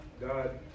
God